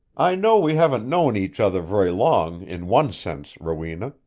i know we haven't known each other very long in one sense, rowena,